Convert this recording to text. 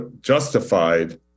justified